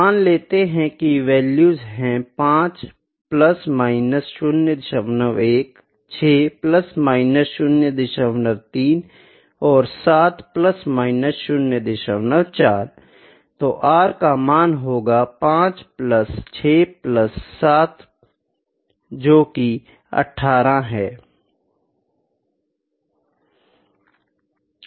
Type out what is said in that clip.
मान लेते है की वैल्यूज है 5 प्लस माइनस 01 6 प्लस माइनस 03 और 7 प्लस माइनस 04 तो r का मान होगा 5 प्लस 6 प्लस 7 जोकि है 18